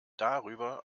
darüber